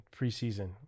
Preseason